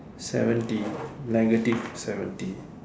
seventy negative seventy